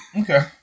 Okay